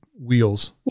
wheels